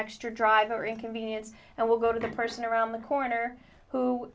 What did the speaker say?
extra drive or inconvenience and will go to the person around the corner who